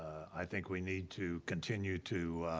i think we need to continue to